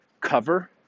cover